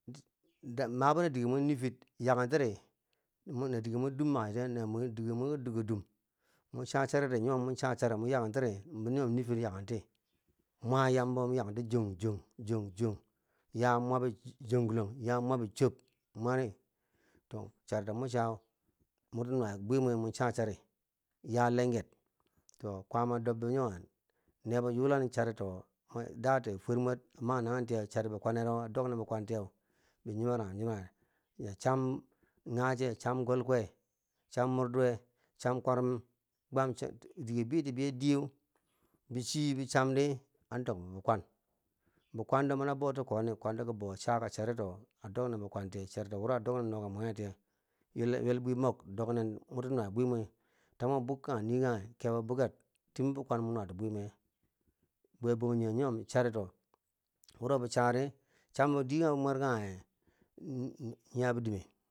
Mabo na dige mwi nii fir, yaketiri nun na dige mwi ki dugo dum, mo cha chari, di nyomon mo cha chari yakentiri bo nyimon niifir yakenti mwa yambo mo yakenti jong jong jong jong, ya mwabi jonglong ya mwabi chok, to charito mo cha mo nyomom bwi mwi mocha chari ya lenger, nyomn kwama dobbo yno nebo yulan charito wo, dati fwarmer managendowotiye chari bi kwanne wonenen bi kwantiyeu nyimarangum nyimaranghe, cham ngaje cham golgwe, cham murduwe, cham kwarum gwam di biti biye diye, bi chi bi cham di an dok bo bi kwam, bi kwando mani bou ti kone, bi kwanm tibo chaka chari to wo a dok nen bi mwenghe tiyeu wo adok nen noka mwege tiye ywelbwi mok dok neen moti nuwai bwimwi mwi mo balk kanghe nii kanghe, kebo bi buker timi bi kwame mo nuwa ti chike ye bwebangjinghe nyimon charito wuro bi chari, chambo diye kanghe bi mwe kanghe nyabi dume.